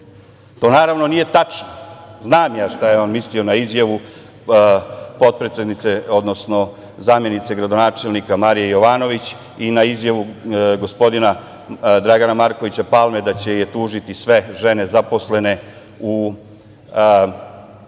To naravno, nije tačno. Znam ja šta je on mislio na izjavu zamenice gradonačelnika Marije Jovanović, i na izjavu gospodina Dragana Markovića Palme, da će je tužiti sve žene zaposlene u